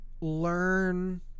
learn